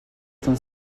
estão